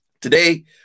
today